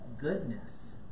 goodness